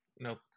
Nope